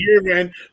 man